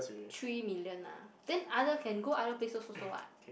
three million ah then other can go other places also [what]